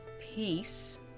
peace